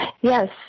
Yes